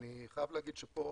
אני חייב להגיד, שפה